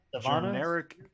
Generic